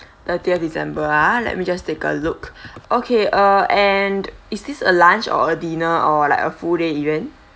thirtieth december ah let me just take a look okay uh and is this a lunch or dinner or like a full day event